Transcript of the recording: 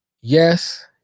yes